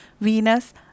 venus